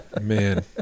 man